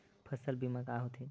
फसल बीमा का होथे?